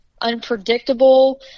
unpredictable